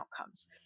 outcomes